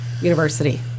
University